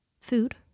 Food